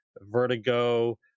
vertigo